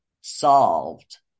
solved